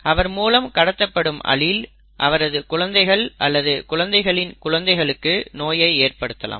அவர் மூலம் கடத்தப்படும் அலீல் அவரது குழந்தைகள் அல்லது குழந்தைகளின் குழந்தைகளுக்கு நோயை ஏற்படுத்தலாம்